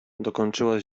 dokończyła